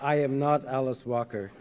i am not alice walker